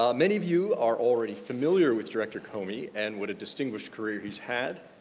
um many of you are already familiar with director comey and what a distinguished career he's had.